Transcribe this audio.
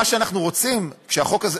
מה שאנחנו רוצים, כשהחוק הזה,